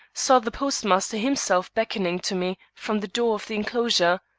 saw the postmaster himself beckoning to me from the door of the enclosure.